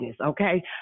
okay